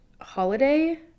holiday